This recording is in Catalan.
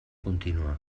contínua